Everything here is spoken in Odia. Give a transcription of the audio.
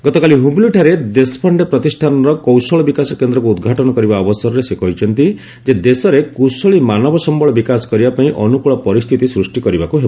ଗତକାଲି ହୁବଲିଠାରେ ଦେଶପାଣ୍ଡେ ପ୍ରତିଷ୍ଠାନର କୌଶଳ ବିକାଶ କେନ୍ଦ୍ରକୁ ଉଦଘାଟନ କରିବା ଅବସରରେ ସେ କହିଛନ୍ତି ଯେ ଦେଶରେ କୁଶଳୀ ମାନବ ସମ୍ଭଳ ବିକାଶ କରିବା ପାଇଁ ଅନୁକୂଳ ପରିସ୍ଥିତି ସୃଷ୍ଟି କରିବାକୁ ହେବ